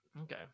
Okay